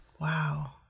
wow